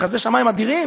בחסדי שמים אדירים.